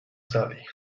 sali